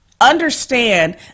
understand